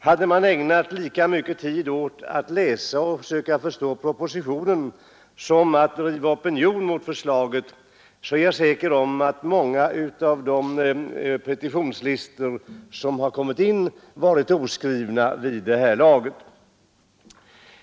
Hade man ägnat lika mycken tid åt att läsa och försöka förstå propositionen som att driva opinion mot förslaget, är jag säker på att många av de petitionslistor som kommit in varit oskrivna vid det här laget.